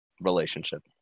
relationship